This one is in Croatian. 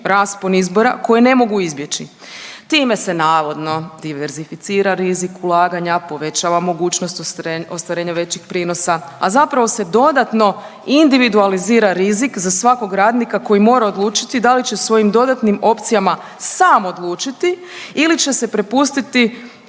raspon izbora koji ne mogu izbjeći. Time se navodno diversificira rizik ulaganja, povećava mogućnost ostvarenja većih prinosa, a zapravo se dodatno individualizira rizik za svakog radnika koji mora odlučiti da li će svojim dodatnim opcijama sam odlučiti ili će se prepustiti